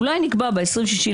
אולי נקבע ב-26.2.25,